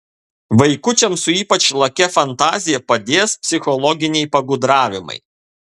vaikučiams su ypač lakia fantazija padės psichologiniai pagudravimai